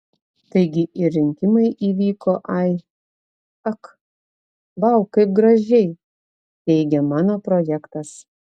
taigi ir rinkimai įvyko ai ak vau kaip gražiai teigia mano projektas